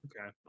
okay